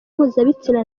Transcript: mpuzabitsina